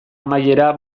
amaiera